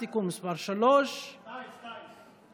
שמונה חברי כנסת בעד,